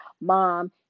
mom